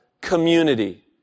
community